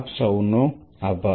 આપ સૌનો આભાર